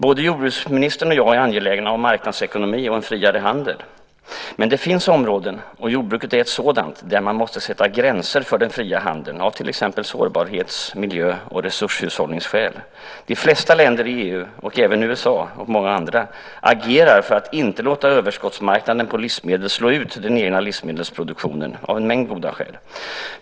Både jordbruksministern och jag är angelägna om marknadsekonomi och en friare handel. Men det finns områden - jordbruket är ett sådant område - där man måste sätta gränser för den fria handeln, till exempel av sårbarhets-, miljö och resurshushållningsskäl. De flesta länder i EU liksom USA och många andra länder agerar för att inte låta överskottsmarknaden vad gäller livsmedel slå ut den egna livsmedelsproduktionen - detta av en mängd goda skäl.